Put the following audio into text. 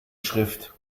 schrift